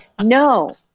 No